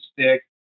stick